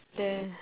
then